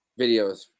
videos